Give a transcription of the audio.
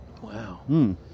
Wow